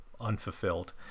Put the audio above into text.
unfulfilled